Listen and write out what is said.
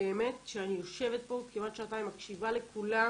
באמת שאני יושבת פה כמעט שעתיים, מקשיבה לכולם.